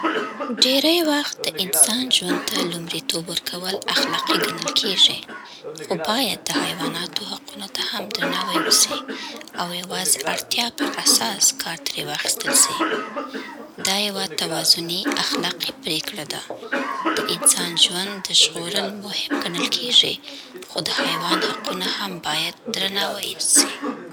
ډېری وخت د انسان ژوند ته لومړیتوب ورکول اخلاقي ګڼل کېږي، خو باید د حیواناتو حقونو ته هم درناوی وسي او یوازې اړتیا پر اساس کار ترې واخیستل سي. دا یوه توازني اخلاقي پرېکړه ده: د انسان ژوند ژغورل مهم ګڼل کېږي، خو د حیوان حقونه هم باید درناوی سي.